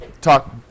talk